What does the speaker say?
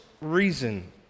reason